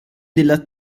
della